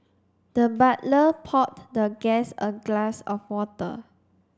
the butler poured the guest a glass of water